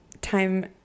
time